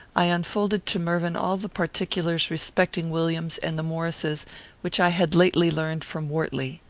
i unfolded to mervyn all the particulars respecting williams and the maurices which i had lately learned from wortley.